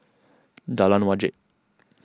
Jalan Wajek